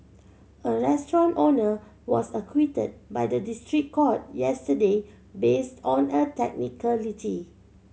a restaurant owner was acquitted by the district court yesterday base on a technicality